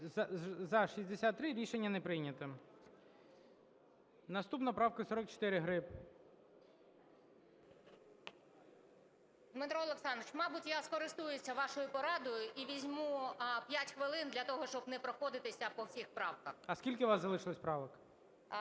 За-63 Рішення не прийнято. Наступна правка 44, Гриб. 18:37:08 ГРИБ В.О. Дмитро Олександрович, мабуть, я скористаюся вашою порадою і візьму 5 хвилин для того, щоб не проходитися по всіх правках. ГОЛОВУЮЧИЙ. А скільки у вас залишилось правок?